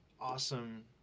awesome